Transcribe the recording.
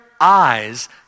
eyes